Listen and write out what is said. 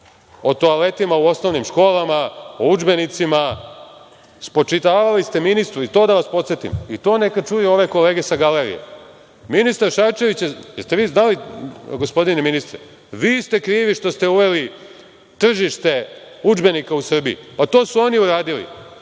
O toaletima u osnovnim školama, o udžbenicima, spočitavali ste ministru, i to da vas podsetim, i to neka čuju ove kolege sa galerije. Ministare Šarčeviću, jeste vi znali, gospodine ministre, vi ste krivi što ste uveli tržište udžbenika u Srbiji. Pa, to su oni uradili.